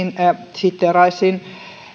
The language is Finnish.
siteeraisin